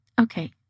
okay